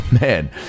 man